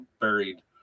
buried